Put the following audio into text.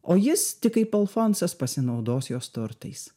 o jis tik kaip alfonsas pasinaudos jos turtais